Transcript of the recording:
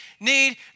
need